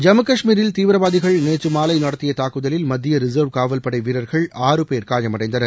ஜம்மு காஷ்மீரில் தீவிரவாதிகள் நேற்று மாலை நடத்திய தாக்குதலில் மத்திய ரிசர்வ் காவல் படை வீரர்கள் ஆறு பேர் காயமடைந்தனர்